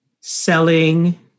selling